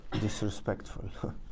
disrespectful